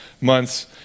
months